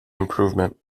improvement